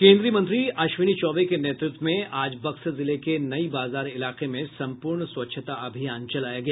केन्द्रीय मंत्री अश्विनी चौबे के नेतृत्व में आज बक्सर जिले के नई बाजार इलाके में संपूर्ण स्वच्छता अभियान चलाया गया